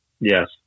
Yes